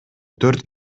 төрт